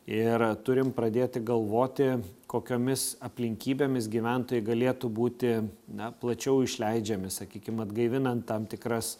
ir turim pradėti galvoti kokiomis aplinkybėmis gyventojai galėtų būti na plačiau išleidžiami sakykim atgaivinant tam tikras